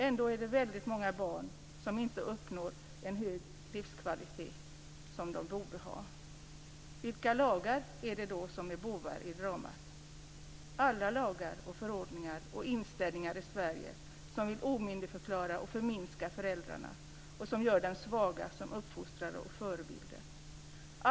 Ändå är det väldigt många barn som inte uppnår den höga livskvalitet som de borde ha. Vilka lagar är det då som är bovar i dramat? Sverige som omyndigförklarar och förminskar föräldrarna och som gör dem svaga som uppfostrare och förebilder. 2.